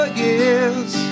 years